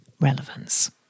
relevance